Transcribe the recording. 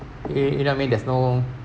you you know what I mean there's no